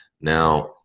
Now